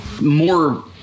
more